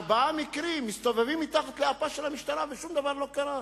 ארבעה מקרים מסתובבים מתחת לאפה של המשטרה ושום דבר לא קרה.